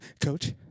Coach